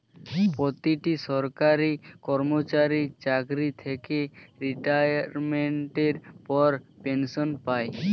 প্রতিটি সরকারি কর্মচারী চাকরি থেকে রিটায়ারমেন্টের পর পেনশন পায়